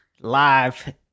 live